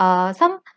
err some